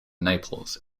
naples